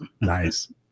Nice